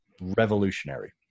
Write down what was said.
revolutionary